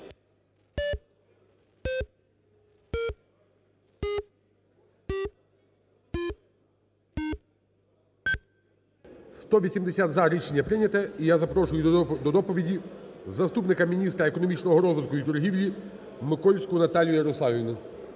За-180 Рішення прийняте. І я запрошую до доповіді заступника міністра економічного розвитку і торгівлі Микольську Наталію Ярославівну.